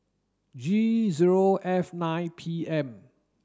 G zero F nine P M